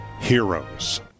heroes